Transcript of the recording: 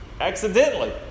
accidentally